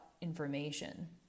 information